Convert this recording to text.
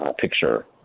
picture